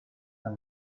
and